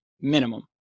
minimum